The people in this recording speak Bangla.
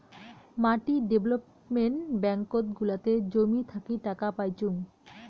মাটি ডেভেলপমেন্ট ব্যাঙ্কত গুলাতে জমি থাকি টাকা পাইচুঙ